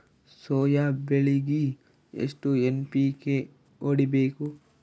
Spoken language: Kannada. ಸೊಯಾ ಬೆಳಿಗಿ ಎಷ್ಟು ಎನ್.ಪಿ.ಕೆ ಹೊಡಿಬೇಕು?